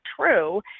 true